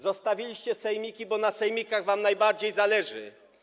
Zostawiliście sejmiki, bo na sejmikach wam najbardziej zależy.